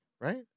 Right